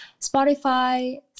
Spotify